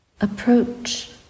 approach